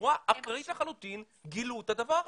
בצורה אקראית לחלוטין גילו את הדבר הזה.